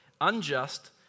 unjust